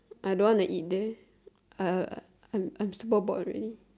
I don't want to eat this I I I'm super bored already